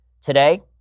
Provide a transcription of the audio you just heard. Today